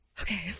Okay